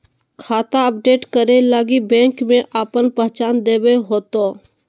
खाता अपडेट करे लगी बैंक में आपन पहचान देबे होतो